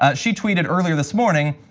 ah she tweeted earlier this morning,